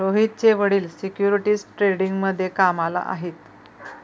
रोहितचे वडील सिक्युरिटीज ट्रेडिंगमध्ये कामाला आहेत